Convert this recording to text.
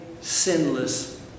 sinless